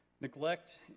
Neglect